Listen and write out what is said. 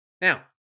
Now